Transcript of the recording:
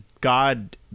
God